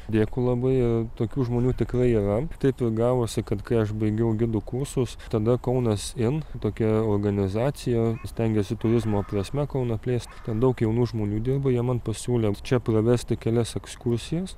dėkui labai tokių žmonių tikrai yra taip ir gavosi kad kai aš baigiau gidų kursus tada kaunas in tokia organizacija stengiasi turizmo prasme kauną plėst ten daug jaunų žmonių dirbo jie man pasiūlė čia pravesti kelias ekskursijas